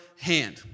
hand